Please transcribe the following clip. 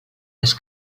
les